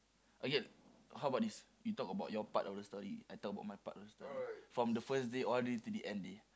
okay how about this you talk about your part of the story I talk about my part of the story from the first day all the way to the end day